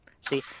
See